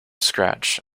scratch